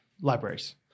Libraries